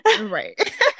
Right